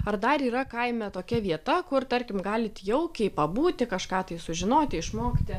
ar dar yra kaime tokia vieta kur tarkim galit jaukiai pabūti kažką tai sužinoti išmokti